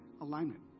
alignment